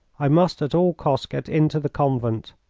i must, at all costs, get into the convent.